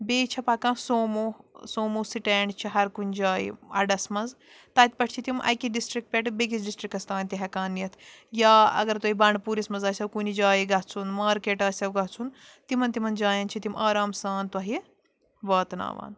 بیٚیہِ چھےٚ پکان سومو سومو سِٹینٛڈ چھِ ہَرٕ کُنہِ جایہِ اَڈَس منٛز تَتہِ پٮ۪ٹھ چھِ تِم اَکہِ ڈِسٹِرٛک پٮ۪ٹھ بیٚیہِ کِس ڈِسٹِرٛکَس تام تہِ ہٮ۪کان نِتھ یا اَگر تۄہہِ بَنٛڈٕ پوٗرِس منٛز آسیو کُنہِ جایہِ گژھُن مارکیٹ آسیو گژھُن تِمَن تِمَن جایَن چھِ تِم آرام سان تۄہہِ واتناوان